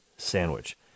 sandwich